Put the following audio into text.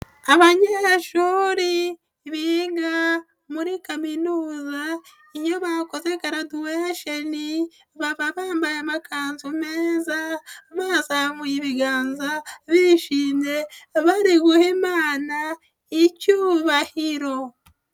Abanyeshuri biga muri kaminuza bakoze garaduwesheni baba bambaye amakanzu meza, bazamuye ibiganza, bishimye, bari guha Imana icyubahiro.